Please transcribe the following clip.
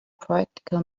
practical